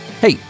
Hey